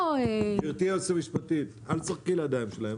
גברתי היועצת המשפטית, אל תשחקי לידיים שלהם.